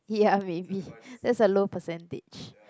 ya maybe that's a low percentage